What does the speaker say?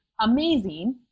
amazing